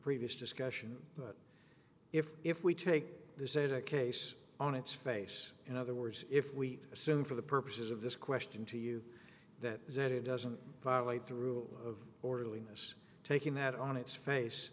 previous discussion but if if we take this ada case on its face in other words if we assume for the purposes of this question to you that is that it doesn't violate the rule of orderliness taking that on